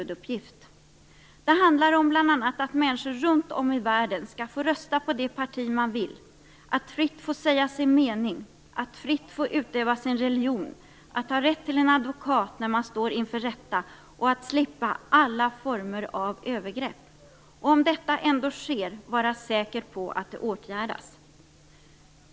Det handlar bl.a. om att människor runt om i världen skall få rösta på det parti de vill, fritt få säga sin mening, fritt få utöva sin religion, ha rätt till en advokat när de står inför rätta och slippa alla former av övergrepp. Och om detta ändå sker skall de kunna vara säkra på att det åtgärdas.